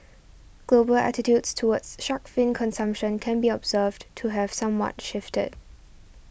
global attitudes towards shark fin consumption can be observed to have somewhat shifted